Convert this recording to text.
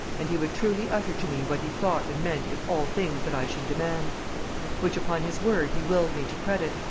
and he would truly utter to me what he thought and meant in all things that i should demand which upon his word he willed me to credit,